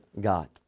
God